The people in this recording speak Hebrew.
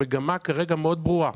המגמה כרגע מאוד ברורה: